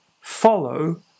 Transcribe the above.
follow